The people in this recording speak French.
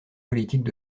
politiques